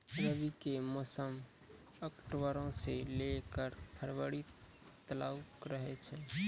रबी के मौसम अक्टूबरो से लै के फरवरी तालुक रहै छै